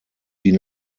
die